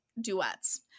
duets